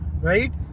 right